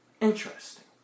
Interesting